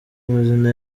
amazina